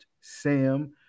Sam